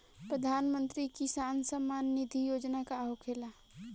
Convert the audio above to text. प्रधानमंत्री किसान सम्मान निधि योजना का होखेला?